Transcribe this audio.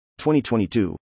2022